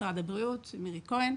משרד הבריאות, מירי כהן.